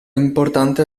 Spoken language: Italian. importante